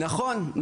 נכון.